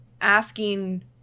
asking